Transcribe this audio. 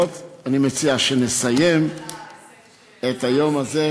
את זה לא עושים אנשים שמאמינים בקדושת הכותל,